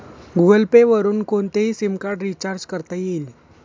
Google Pay वरुन कोणतेही SIM card recharge करता येईल